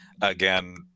again